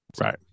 Right